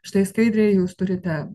štai skaidrėje jūs turite